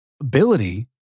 ability